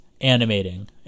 animating